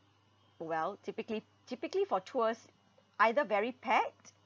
well typically typically for tours either very packed